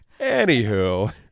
Anywho